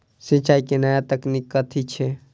सिंचाई केँ नया तकनीक कथी छै?